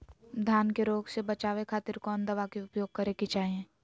धान के रोग से बचावे खातिर कौन दवा के उपयोग करें कि चाहे?